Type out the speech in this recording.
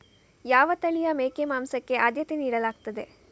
ಯಾವ ತಳಿಯ ಮೇಕೆ ಮಾಂಸಕ್ಕೆ ಆದ್ಯತೆ ನೀಡಲಾಗ್ತದೆ?